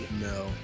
No